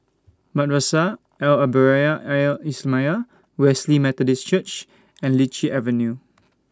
Madrasah Al Arabiah Al Islamiah Wesley Methodist Church and Lichi Avenue